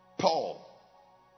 Paul